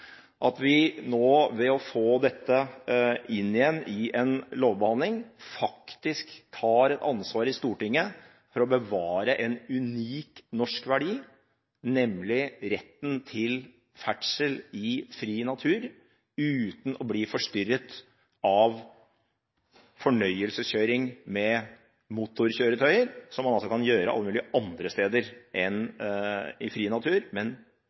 at vi nå, ved å få dette inn igjen i en lovbehandling, faktisk tar ansvar i Stortinget for å bevare en unik norsk verdi, nemlig retten til ferdsel i fri natur, uten å bli forstyrret av fornøyelseskjøring med motorkjøretøyer, som man kan gjøre alle mulige andre steder enn i den frie natur,